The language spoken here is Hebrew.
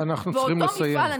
אנחנו צריכים לסיים.